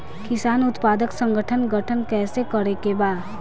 किसान उत्पादक संगठन गठन कैसे करके बा?